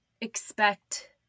expect